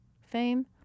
Fame